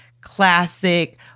classic